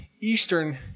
Eastern